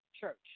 church